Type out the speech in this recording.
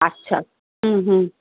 আচ্ছা হুম হুম